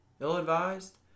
ill-advised